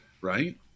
right